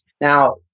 Now